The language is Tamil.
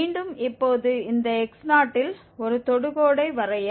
மீண்டும் இப்போது இந்த x0 ல் ஒரு தொடுகோடை வரைய